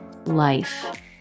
Life